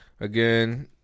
Again